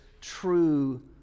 true